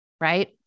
right